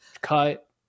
cut